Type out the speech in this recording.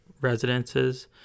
residences